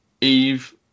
eve